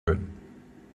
können